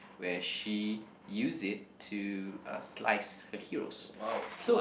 where she use it to uh slice heroes so